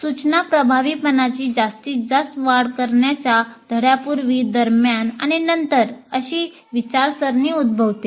सूचना प्रभावीपणाची जास्तीत जास्त वाढ करण्याच्या धड्यांपूर्वी दरम्यान आणि नंतर अशी विचारसरणी उद्भवते